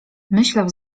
myślał